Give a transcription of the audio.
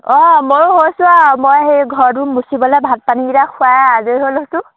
অঁ মইও হৈছে আৰু মই সেই ঘৰটো মুচিবলৈ ভাত পানীকেইটা খুৱাই আৰু আজৰি হৈ লৈছোঁ